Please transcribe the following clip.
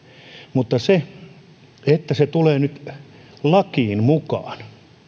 mutta se että se tulee nyt lakiin mukaan